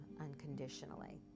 unconditionally